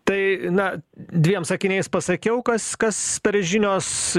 tai na dviem sakiniais pasakiau kas kas per žinios